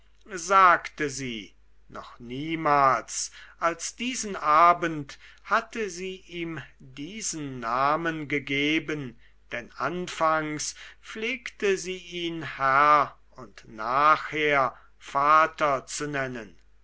sagte sie noch niemals als diesen abend hatte sie ihm diesen namen gegeben denn anfangs pflegte sie ihn herr und nachher vater zu nennen